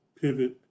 pivot